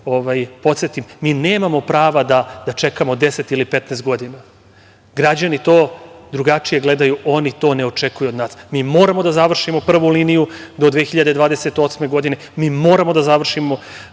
podsetim, mi nemamo prava da čekamo deset ili 15 godina, građani to drugačije gledaju, oni to ne očekuju od nas. Mi moramo da završimo prvu liniju do 2028. godine. Mi moramo da završimo